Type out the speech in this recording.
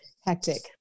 hectic